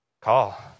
call